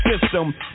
system